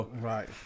Right